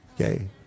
Okay